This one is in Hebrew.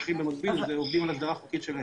במקביל עובדים במקביל על הסדרה חוקית הדברים האחרים.